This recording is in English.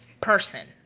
person